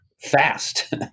fast